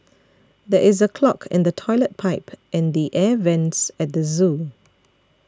there is a clog in the Toilet Pipe and the Air Vents at the zoo